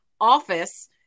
office